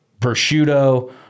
prosciutto